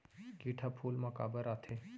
किट ह फूल मा काबर आथे?